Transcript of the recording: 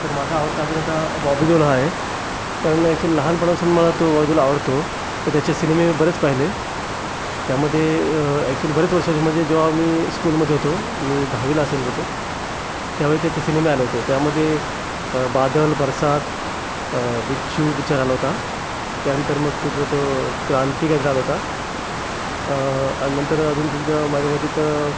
तर माझा आवडता अभिनेता बॉबी देओल हा आहे कारण ॲक्च्युअल लहानपणापासून मला तो बॉबी देओल आवडतो तेचे सिनेमे बरेच पाहिले त्यामध्ये ॲक्च्युली बरेच वर्षाचे मजे जेव्हा मी स्कुलमध्ये होतो मी दहावीला असेन बहुतेक त्या वेळी त्याचे सिनेमे आले होते त्यामध्ये बादल बरसात बिच्छू पिच्चर आला होता त्यानंतर मग तुझा तो क्रांती काहीतर आला होता आणि नंतर अजून तुमच्या माझ्या मते तर